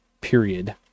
period